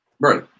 Right